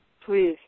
Please